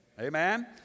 amen